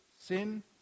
sin